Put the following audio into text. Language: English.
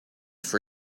for